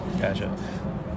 Gotcha